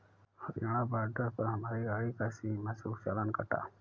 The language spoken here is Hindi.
हरियाणा बॉर्डर पर हमारी गाड़ी का सीमा शुल्क चालान कटा